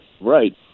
Right